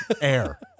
air